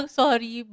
sorry